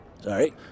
Sorry